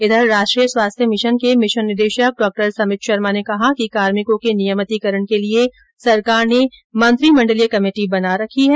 उधर राष्ट्रीय स्वास्थ्य मिशन के मिशन निदेशक डॉ समित शर्मा ने कहा कि कार्मिको के नियमितिकरण के लिये सरकार ने मंत्रिमंडलीय कमेटी बना रखी है